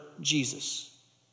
Jesus